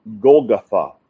Golgotha